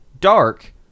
dark